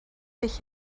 dich